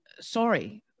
sorry